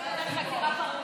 אני באמת דואג.